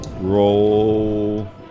roll